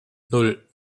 nan